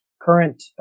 current